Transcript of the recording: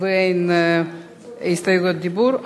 אין הסתייגויות ואין הסתייגויות דיבור.